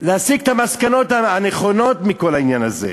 להסיק את המסקנות הנכונות מכל העניין הזה.